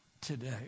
today